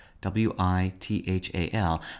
w-i-t-h-a-l